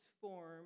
form